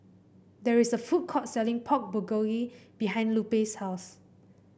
there is a food court selling Pork Bulgogi behind Lupe's house